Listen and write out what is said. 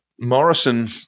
Morrison